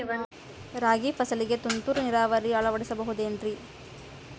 ರಾಗಿ ಫಸಲಿಗೆ ತುಂತುರು ನೇರಾವರಿ ಅಳವಡಿಸಬಹುದೇನ್ರಿ?